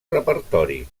repertori